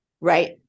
Right